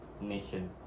nation